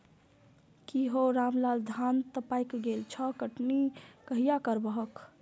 की हौ रामलाल, धान तं पाकि गेल छह, कटनी कहिया करबहक?